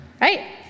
right